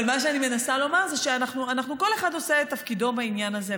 אבל מה שאני מנסה לומר זה שכל אחד עושה את תפקידו בעניין הזה,